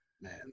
Man